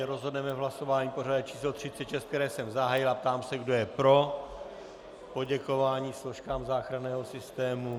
Rozhodneme v hlasování pořadové číslo 36, které jsem zahájil, a ptám se, kdo je pro poděkování složkám záchranného systému.